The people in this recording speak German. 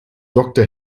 doktor